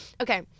Okay